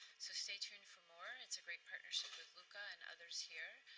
so stay tuned for more. it's a great partnership with luca and others here.